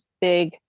big